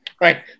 Right